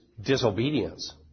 disobedience